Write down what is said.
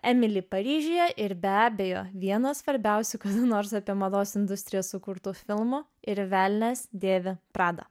emili paryžiuje ir be abejo viena svarbiausių kada nors apie mados industriją sukurtų filmo ir velnias dėvi prada